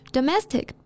Domestic